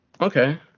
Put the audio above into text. Okay